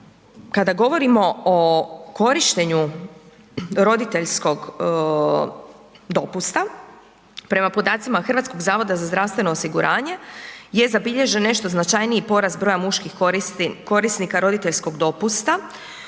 kada govorimo o korištenju roditeljskog dopusta, prema podacima HZZO-a je zabilježen nešto značajniji porast broja muških korisnika roditeljskog dopusta